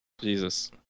Jesus